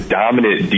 dominant